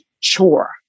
chore